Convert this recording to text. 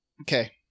okay